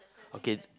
okay